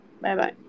Bye-bye